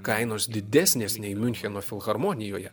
kainos didesnės nei miuncheno filharmonijoje